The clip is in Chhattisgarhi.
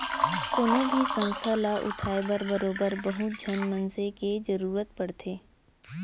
कोनो भी संस्था ल उठाय बर बरोबर बहुत झन मनसे के जरुरत पड़थे